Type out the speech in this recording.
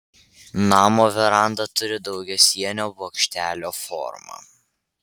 namo veranda turi daugiasienio bokštelio formą